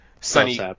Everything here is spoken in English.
Sunny